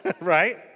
right